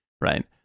right